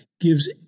gives